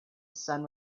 sun